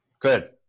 Good